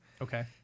Okay